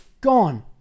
gone